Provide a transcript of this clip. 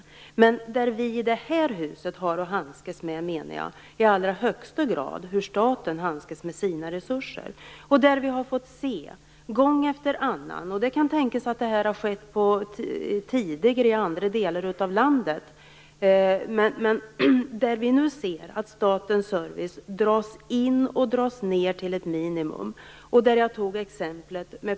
Jag menar dock att vi i det som vi i det här huset ägnar oss åt, dvs. statens hantering av sina resurser, gång efter annan har fått se - det kan också tänkas att det tidigare har skett i andra delar av landet - att statens service dras in eller dras ned till ett minimum. Jag har pekat på exemplet Posten.